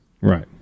Right